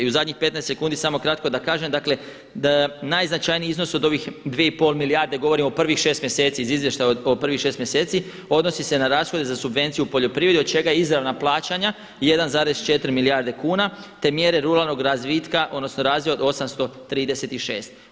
I u zadnjih 15 sekundi samo kratko da kažem, dakle najznačajniji iznos od ovih 2,5 milijarde, govorimo u prvih 6 mjeseci, iz izvještaja o prvih 6 mjeseci, odnosi se na rashode za subvenciju u poljoprivredi od čega izravna plaćanja 1,4 milijarde kuna te mjere ruralnog razvitka odnosno razvoja od 836.